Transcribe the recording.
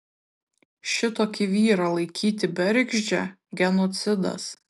šitokį vyrą laikyti bergždžią genocidas